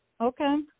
Okay